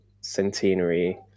Centenary